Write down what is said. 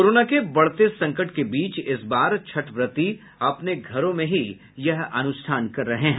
corona के बढ़ते संकट के बीच इस बार छठ व्रती अपने घरों में ही यह अनुष्ठान कर रहे हैं